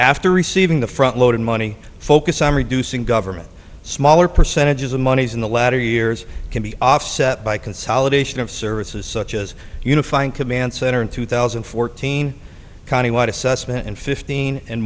after receiving the front loaded money focus on reducing government smaller percentages of monies in the latter years can be offset by consolidation of services such as unifying command center in two thousand and fourteen countywide assessment and fifteen and